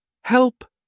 Help